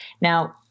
Now